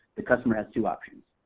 the customer has two options.